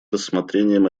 рассмотрением